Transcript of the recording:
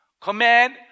Command